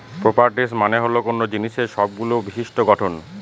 properties মানে হল কোনো জিনিসের সবগুলো বিশিষ্ট্য গঠন